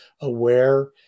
aware